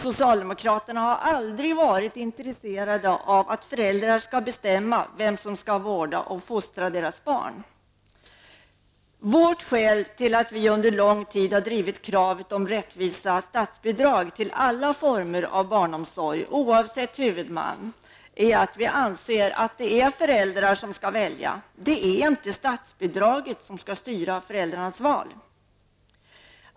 Socialdemokraterna har aldrig varit intresserade av att föräldrar skall bestämma vem som skall vårda och fostra deras barn. Vårt skäl till att vi under lång tid har drivit kravet på rättvisa statsbidrag till alla former av barnomsorg, oavsett huvudman, är att vi anser att det är föräldrarna som skall välja. Det är inte statsbidraget som skall styra föräldrarnas val.